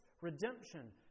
redemption